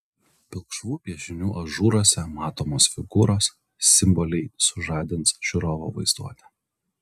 pilkšvų piešinių ažūruose matomos figūros simboliai sužadins žiūrovo vaizduotę